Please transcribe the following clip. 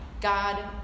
God